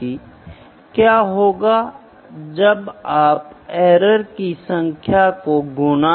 मान लीजिए अगर मैं घनत्व को मापना चाहता हूं तो यह घनत्व डायरेक्ट मेजरमेंट नहीं है घनत्व कुछ भी नहीं केवल द्रव्यमान बटे आयतन होता है